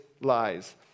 lies